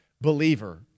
believer